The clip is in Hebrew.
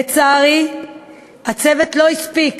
לצערי הצוות לא הספיק